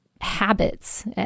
habits